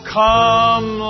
come